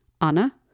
Anna